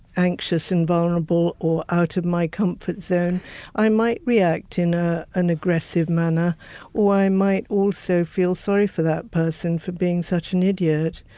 anxious and vulnerable or out of my comfort zone i might react in ah an aggressive manner or i might also feel sorry for that person for being such an idiot.